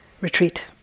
retreat